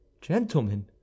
gentlemen